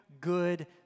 good